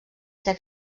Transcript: ser